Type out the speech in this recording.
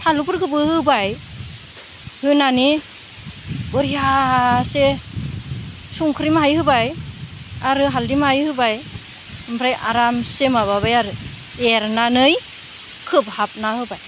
फानलुफोरखौबो होबाय होनानै बरियासे संख्रि माहाय होबाय आरो हाल्दै माहाय होबाय ओमफ्राय आरामसे माबाबाय आरो एरनानै खोबहाबना होबाय